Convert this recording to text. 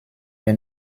est